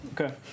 Okay